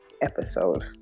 episode